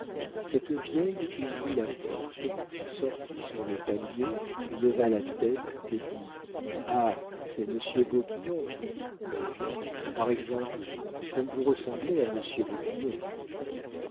cette vieille ouvrit la porte sortit sur le palier leva la tête et dit ah c'est monsieur bocquillon mais non par exemple comme vous ressemblez à